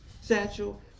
Satchel